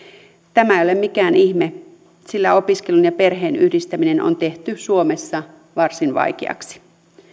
tämä ei ole mikään ihme sillä opiskelun ja perheen yhdistäminen on tehty suomessa varsin vaikeaksi